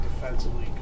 defensively